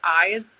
eyes